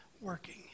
working